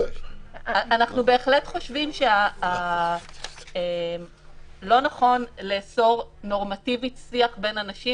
אנחנו בהחלט חושבים שלא נכון לאסור נורמטיבית שיח בין אנשים.